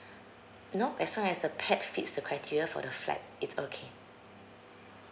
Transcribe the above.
no as long as the pet fits the criteria for the flight it's okay